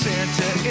Santa